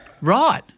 Right